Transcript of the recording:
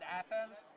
apples